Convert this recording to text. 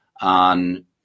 on